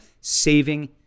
saving